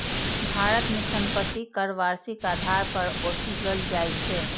भारत मे संपत्ति कर वार्षिक आधार पर ओसूलल जाइ छै